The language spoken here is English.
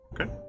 Okay